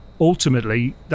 ultimately